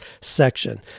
section